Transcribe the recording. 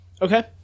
Okay